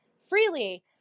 freely